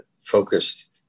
focused